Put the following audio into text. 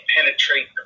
penetrate